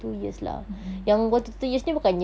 mm mm